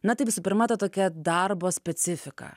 na tai visų pirma ta tokia darbo specifika